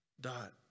dot